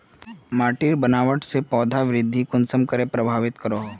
माटिर बनावट से पौधा वृद्धि कुसम करे प्रभावित करो हो?